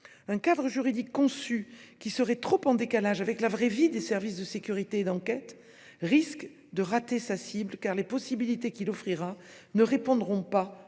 Un cadre juridique qui serait trop en décalage avec la « vraie vie » des services de sécurité et d'enquête risque de rater sa cible, car les possibilités qu'il offrira ne répondront pas